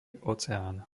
oceán